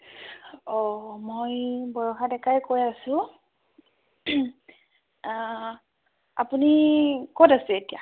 অ মই বৰষা ডেকাই কৈ আছোঁ আপুনি ক'ত আছে এতিয়া